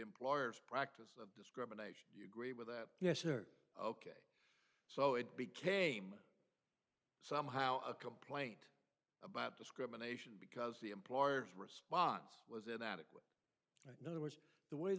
employer's practice of discrimination you agree with that yes or ok so it became somehow a complaint about discrimination because the employers response was inadequate no that was the way